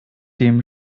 dem